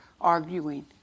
arguing